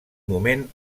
moment